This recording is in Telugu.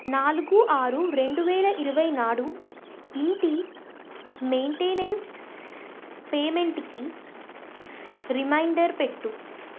నాలుగు ఆరు రెండు వేల ఇరవై నాడు ఇంటి మెయింటేనెన్స్ పేమెంటుకి రిమైండర్ పెట్టు